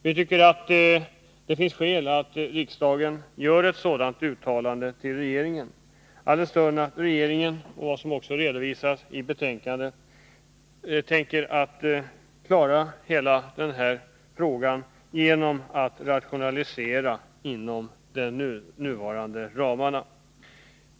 Vi tycker att det finns skäl för riksdagen att göra ett uttalande i det här avseendet till regeringen, alldenstund regeringen — vilket också framgår av betänkandet — tänker sig kunna klara hela denna fråga genom att rationalisera och omfördela resurserna inom de nu gällande ramarna.